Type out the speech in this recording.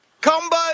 Combo